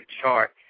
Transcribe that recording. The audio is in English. chart